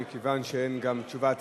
מכיוון שאין גם תשובת שר,